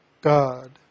God